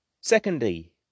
Secondly